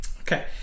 Okay